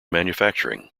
manufacturing